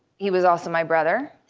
he was also my brother.